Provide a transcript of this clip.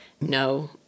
No